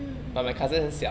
mm mm mm